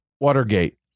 watergate